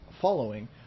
following